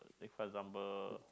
take for example